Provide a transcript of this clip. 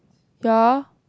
ya